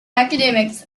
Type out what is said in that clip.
academics